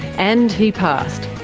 and he passed